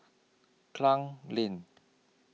Klang Lane